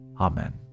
Amen